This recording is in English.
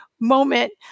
moment